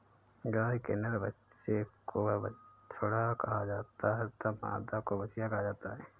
गाय के नर बच्चे को बछड़ा कहा जाता है तथा मादा को बछिया कहा जाता है